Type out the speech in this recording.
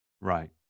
right